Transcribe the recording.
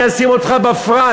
בוא אני אשים אותך בפרונט.